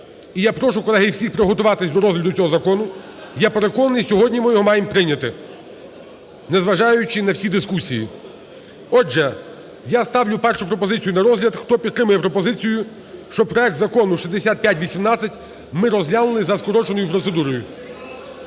І я прошу, колеги, всіх приготуватися до розгляду цього закону, я переконаний, сьогодні ми його маємо прийняти, незважаючи на всі дискусії. Отже, я ставлю першу пропозицію на розгляд. Хто підтримує пропозицію, щоб проект Закону 6518 ми розглянули за скороченою процедурою?